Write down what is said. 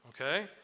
okay